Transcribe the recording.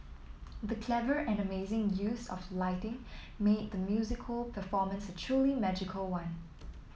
the clever and amazing use of lighting made the musical performance a truly magical one